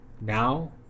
now